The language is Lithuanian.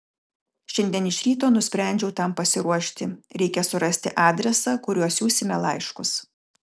šiandien iš ryto nusprendžiau tam pasiruošti reikia surasti adresą kuriuo siųsime laiškus